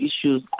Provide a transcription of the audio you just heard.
issues